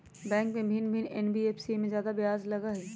Bank से भिन्न हई एन.बी.एफ.सी इमे ब्याज बहुत ज्यादा लगहई?